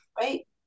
right